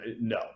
No